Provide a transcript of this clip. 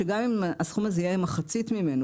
שגם אם הסכום הזה יהיה מחצית ממנו,